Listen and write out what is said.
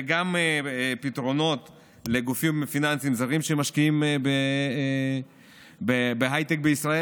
וגם פתרונות לגופים פיננסיים זרים שמשקיעים בהייטק בישראל.